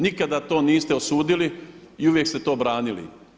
Nikada to niste osudili i uvijek ste to branili.